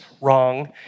wrong